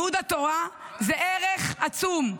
-- ולימוד התורה זה ערך עצום.